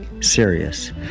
Serious